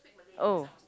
oh